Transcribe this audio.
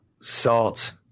Salt